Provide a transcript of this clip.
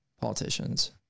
Politicians